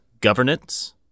governance